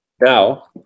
Now